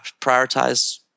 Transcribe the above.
prioritize